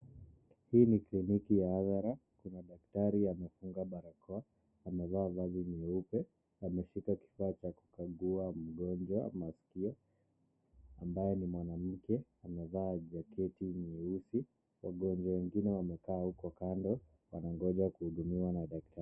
Hii ni kiliniki ya avera kuna daktari amevaa barakoa, amevaa mavazi mweupe, ameshikilia mgonjwa maskio, ambaye ni mwanamke amevalia jaketi nyeusi, wagonjwa wengine wamekaa huko kando wakingoja wengine.